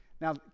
Now